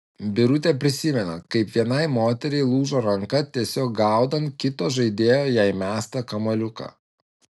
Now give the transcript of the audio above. birutė prisimena kaip vienai moteriai lūžo ranka tiesiog gaudant kito žaidėjo jai mestą kamuoliuką